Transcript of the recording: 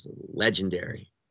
legendary